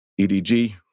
EDG